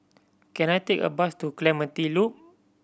can I take a bus to Clementi Loop